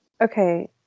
Okay